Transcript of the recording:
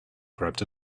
grabbed